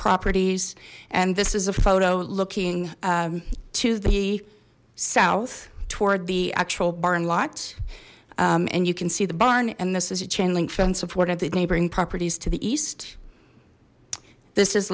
properties and this is a photo looking to the south toward the actual barn lots and you can see the barn and this is a chain link fence support of the neighboring properties to the east this is